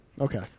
Okay